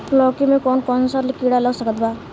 लौकी मे कौन कौन सा कीड़ा लग सकता बा?